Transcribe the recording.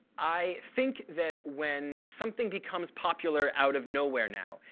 i think that when something becomes popular out of nowhere now,